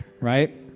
right